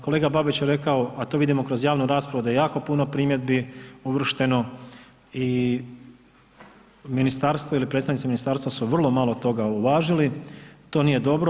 Kolega Babić je rekao a to vidimo kroz javnu raspravu da je jako puno primjedbi uvršteno i ministarstvo ili predstavnici ministarstva su vrlo malo toga uvažili to nije dobro.